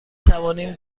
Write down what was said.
توانیم